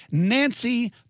nancy